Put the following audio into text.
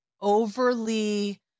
overly